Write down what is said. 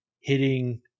hitting